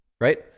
Right